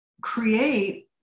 create